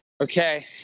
Okay